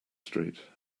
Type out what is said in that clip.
street